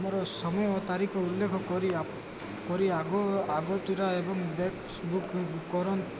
ମୋର ସମୟ ତାରିଖ ଉଲ୍ଲେଖ କରି କରି ଆଗ ଆଗ ଚୁର ଏବଂ ଡେକ୍ସ ବୁକ୍ କରନ୍ତୁ